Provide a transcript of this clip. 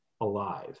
alive